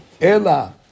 Ela